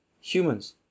Humans